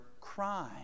crime